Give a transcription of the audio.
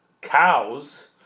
cows